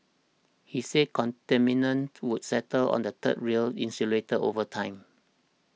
he said contaminants would settle on the third rail insulators over time